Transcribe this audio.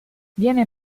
viene